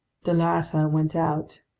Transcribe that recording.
the latter went out.